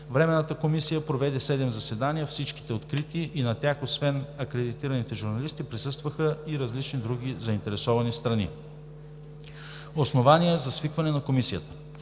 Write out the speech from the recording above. Временната комисия проведе 7 заседания, всичките открити, и на тях освен акредитираните журналисти присъстваха и различни други заинтересовани страни. I. Основание за свикване на Комисията